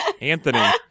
Anthony